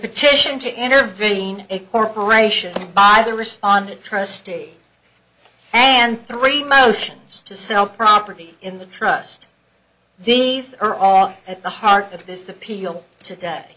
petition to intervene a corporation by the responded trustee and three motions to sell property in the trust these are all at the heart of this appeal today